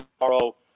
tomorrow